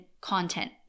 content